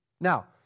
Now